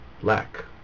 black